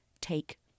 take